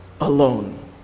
alone